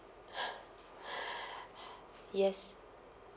yes